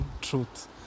truth